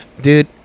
Dude